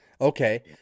Okay